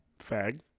fag